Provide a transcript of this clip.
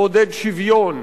לעודד שוויון,